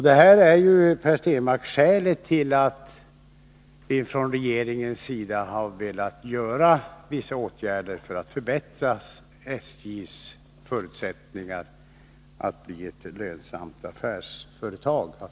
Detta är, Per Stenmarck, också skälet till att vi från regeringens sida har velat vidta vissa åtgärder för att förbättra SJ:s förutsättningar att bli ett lönsamt affärsföretag.